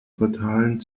fatalen